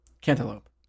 cantaloupe